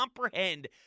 comprehend